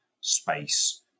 space